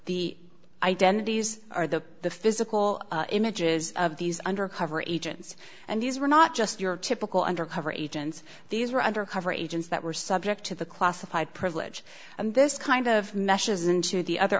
the identities are the the physical images of these undercover agents and these were not just your typical undercover agents these were undercover agents that were subject to the classified privilege and this kind of meshes into the other